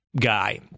guy